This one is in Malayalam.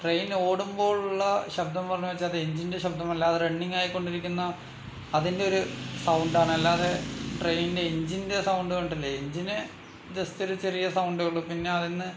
ട്രെയിൻ ഓടുമ്പോളുള്ള ശബ്ദം പറഞ്ഞാച്ചാൽ അത് എൻജിൻ്റെ ശബ്ദം അല്ലാതെ റണ്ണിങ് ആയിക്കൊണ്ടിരിക്കുന്ന അതിൻ്റെ ഒരു സൗണ്ടാണ് അല്ലാതെ ട്രെയിനിൻ്റെ എൻജിൻ്റെ സൗണ്ട് കൊണ്ടല്ല എൻജിന് ജസ്റ്റ് ഒരു ചെറിയ സൗണ്ടേ ഉള്ളൂ പിന്നെ അതിൽ നിന്ന്